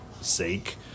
sake